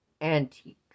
antique